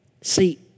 See